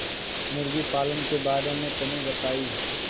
मुर्गी पालन के बारे में तनी बताई?